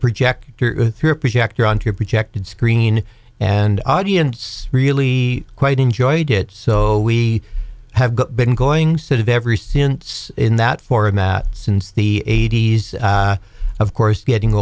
projector on to protected screen and audience really quite enjoyed it so we have been going sort of every since in that forum at since the eighty's of course getting